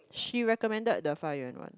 she recommended the Fa Yuen one